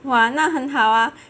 哇那很好啊